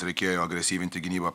reikėjo agresyvini gynybą